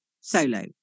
solo